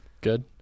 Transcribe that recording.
good